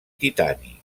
titani